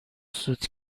سود